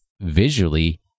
Visually